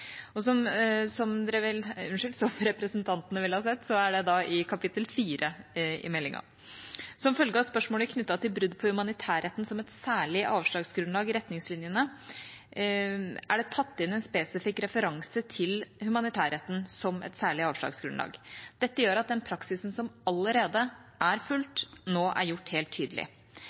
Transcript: Som representantene vil ha sett, er det i kapittel 4 i meldinga. Som følge av spørsmålet knyttet til brudd på humanitærretten som et særlig avslagsgrunnlag i retningslinjene er det tatt inn en spesifikk referanse til humanitærretten som et særlig avslagsgrunnlag. Dette gjør at den praksisen som allerede er fulgt, nå er gjort helt tydelig.